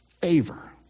favor